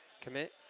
commit